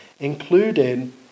Including